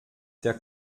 der